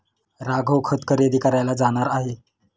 राघव खत खरेदी करायला जाणार आहे